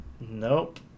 Nope